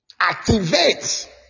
Activate